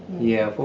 yeah. well,